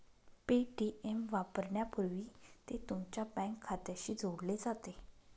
Paytm वापरण्यापूर्वी ते तुमच्या बँक खात्याशी जोडले जाते